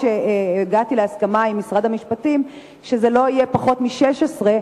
אף-על-פי שהגעתי להסכמה עם משרד המשפטים שזה לא יהיה פחות מ-16,